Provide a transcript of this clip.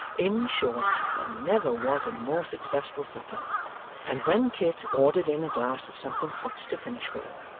in short, there never was a more successful supper and when kit ordered in a glass of something hot to finish with,